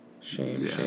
Shame